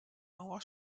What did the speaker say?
mauer